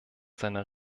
seiner